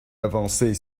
avancée